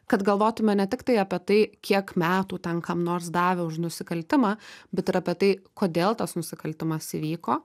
kad galvotume ne tiktai apie tai kiek metų ten kam nors davė už nusikaltimą bet ir apie tai kodėl tas nusikaltimas įvyko